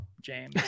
James